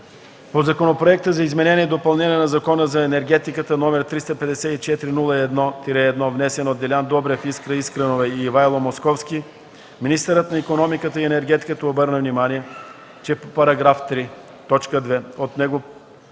По Законопроекта за изменение и допълнение на Закона за енергетиката, № 354-01-1, внесен от Делян Добрев, Искра Искренова и Ивайло Московски, министърът на икономиката и енергетиката обърна внимание, че § 3, т. 2 от него